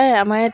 তাত মই